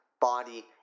body